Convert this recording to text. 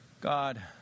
God